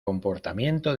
comportamiento